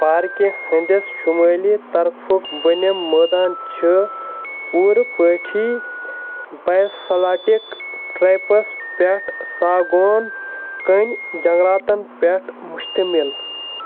پارکہِ ہٕنٛدِس شُمٲلی طرفُک بٔنِم مٲدان چھُ پوٗرٕ پٲٹھی بَیسٕلاٹِک ٹرٛیپَس پٮ۪ٹھ ساگون کَنۍ جنٛگلاتَن پٮ۪ٹھ مُشتٔمِل